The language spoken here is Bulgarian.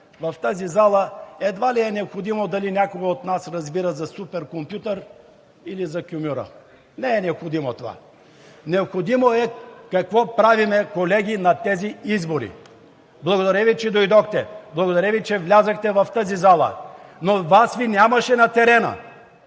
в тази зала – едва ли е необходимо, дали някой от нас разбира за суперкомпютър или за кюмюра. Не е необходимо това. Необходимо е какво правим, колеги, на тези избори. Благодаря Ви, че дойдохте, благодаря Ви, че влязохте в тази зала, но Вас Ви нямаше на терена,